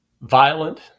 violent